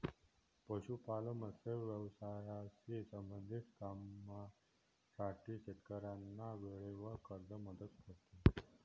पशुपालन, मत्स्य व्यवसायाशी संबंधित कामांसाठी शेतकऱ्यांना वेळेवर कर्ज मदत करते